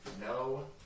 no